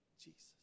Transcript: Jesus